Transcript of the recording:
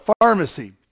pharmacy